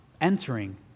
entering